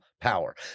power